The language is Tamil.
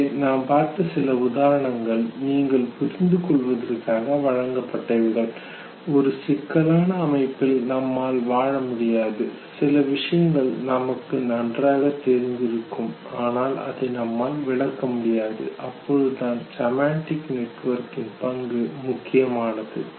இங்கே நாம் பார்த்த சில உதாரணங்கள் நீங்கள் புரிந்து கொள்வதற்காக வழங்கப்பட்டவைகள் ஒரு சிக்கலான அமைப்பில் நம்மால் வாழ முடியாது சில விஷயங்கள் நமக்கு நன்றாகத் தெரிந்திருக்கும் ஆனால் அதை நம்மால் விளக்க முடியாது அப்பொழுதுதான் செமண்டிக் நெட்வொர்க்கின் பங்கு முக்கியமானது